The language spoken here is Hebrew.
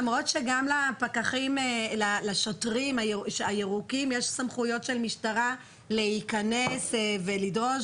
למרות שגם לשוטרים הירוקים יש סמכויות של משטרה להיכנס ולדרוש